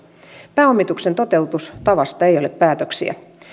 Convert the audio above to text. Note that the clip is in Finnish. pääomituksen toteutustavasta ei ole päätöksiä